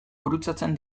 gurutzatzen